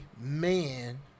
man